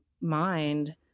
mind